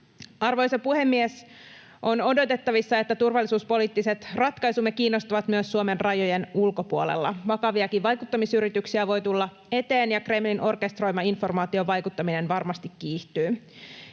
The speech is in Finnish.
Arvoisa puhemies! On odotettavissa, että turvallisuuspoliittiset ratkaisumme kiinnostavat myös Suomen rajojen ulkopuolella. Vakaviakin vaikuttamisyrityksiä voi tulla eteen, ja Kremlin orkestroima informaatiovaikuttaminen varmasti kiihtyy.